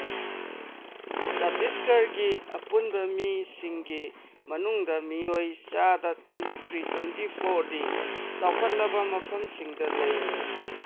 ꯆꯇꯤꯁꯒꯔꯒꯤ ꯑꯄꯨꯟꯕ ꯃꯤꯁꯤꯡꯒꯤ ꯃꯅꯨꯡꯗ ꯃꯤꯑꯣꯏ ꯆꯥꯗ ꯇ꯭ꯋꯦꯟꯇꯤ ꯊ꯭ꯔꯤ ꯇ꯭ꯋꯦꯟꯇꯤ ꯐꯣꯔꯗꯤ ꯆꯥꯎꯈꯠꯂꯕ ꯃꯐꯝꯁꯤꯡꯗ ꯂꯩ